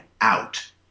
out